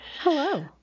Hello